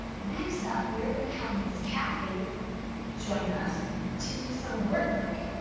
next up we are gonna have ms. kathy join us to do some word work.